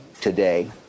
today